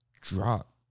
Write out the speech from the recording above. drop